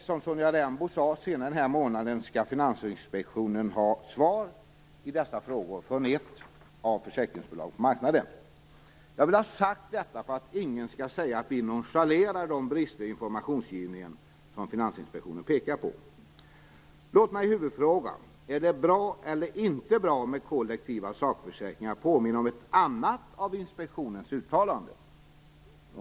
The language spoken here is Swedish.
Som Sonja Rembo sade skall Finansinspektionen senare i denna månad ha svar på dessa frågor från ett av försäkringsbolagen på marknaden. Jag vill ha detta sagt för att ingen skall säga att vi nonchalerar de brister i informationsgivningen som Finansinspektionen pekar på. Låt mig i huvudfrågan - är det bra eller inte bra med kollektiva sakförsäkringar? - påminna om ett annat av inspektionens uttalanden.